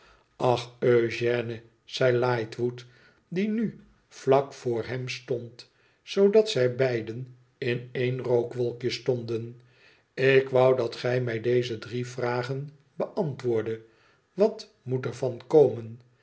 ach eugène zei lightwood die nu vlak voor hem stond zoodat zij beiden in één rookwolkje stonden ik wou dat gij mij deze drie vragen beantwoorddet wat moet er van komen